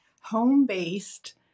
home-based